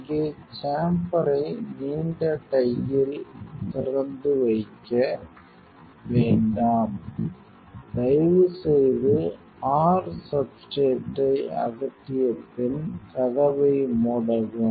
இங்கே சேம்பர்ரை நீண்ட டையில் திறந்து வைக்க வேண்டாம் தயவு செய்து r சப்ஸ்ட்ரேட்டை அகற்றிய பின் கதவை மூடவும்